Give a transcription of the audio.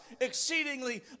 Exceedingly